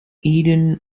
eden